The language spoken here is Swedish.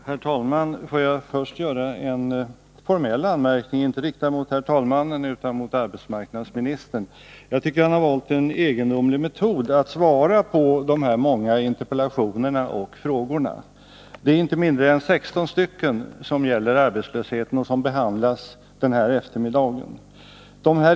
Herr talman! Får jag först rikta en formell anmärkning, inte mot herr talmannen utan mot arbetsmarknadsministern. Jag tycker att han har valt en egendomlig metod att svara på interpellationerna och på frågan. Inte mindre än 15 interpellationer och 1 fråga om arbetslösheten behandlas den här eftermiddagen.